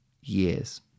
years